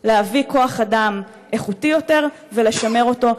להביא כוח-אדם איכותי יותר ולשמר אותו.